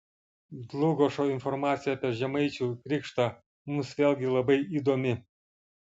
dlugošo informacija apie žemaičių krikštą mums vėlgi labai įdomi